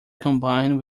combined